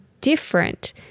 different